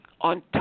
on